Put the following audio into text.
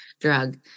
drug